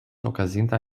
okazintaj